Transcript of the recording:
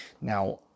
Now